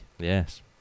Yes